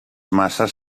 masses